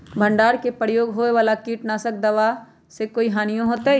भंडारण में प्रयोग होए वाला किट नाशक दवा से कोई हानियों होतै?